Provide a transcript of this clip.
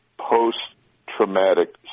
Post-traumatic